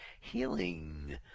healing